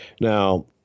Now